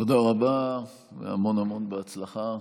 תודה רבה והמון המון הצלחה.